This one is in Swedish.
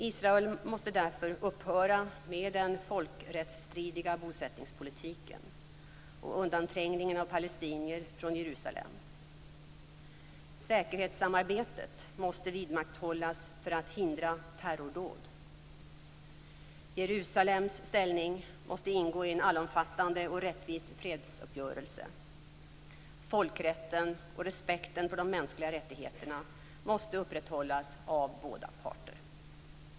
Israel måste därför upphöra med den folkrättsstridiga bosättningspolitiken och undanträngningen av palestinier från Jerusalem. Säkerhetssamarbetet måste vidmakthållas för att hindra terrordåd. Jerusalems ställning måste ingå i en allomfattande och rättvis fredsuppgörelse. Folkrätten och respekten för de mänskliga rättigheterna måste upprätthållas av båda parter.